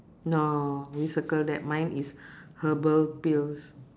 no you circle that mine is herbal pills